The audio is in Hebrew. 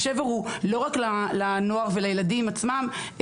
השבר הוא לא רק לנוער ולילדים עצמם,